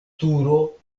turo